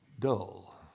dull